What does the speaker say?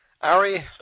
Ari